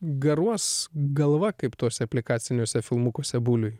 garuos galva kaip tuose aplikaciniuose filmukuose buliui